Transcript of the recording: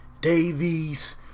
Davies